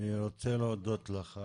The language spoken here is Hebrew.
אני רוצה להודות דורון.